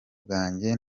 bwanjye